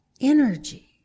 energy